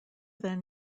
then